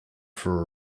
for